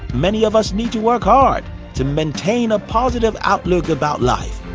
many of us need to work hard to maintain a positive outlook about life.